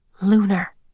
Lunar